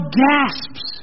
gasps